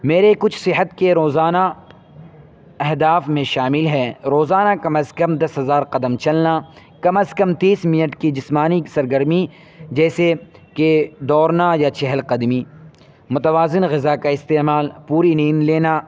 میرے کچھ صحت کے روزانہ اہداف میں شامل ہیں روزانہ کم از کم دس ہزار قدم چلنا کم از کم تیس منٹ کی جسمانی سرگرمی جیسے کہ دوڑنا یا چہل قدمی متوازن غذا کا استعمال پوری نیند لینا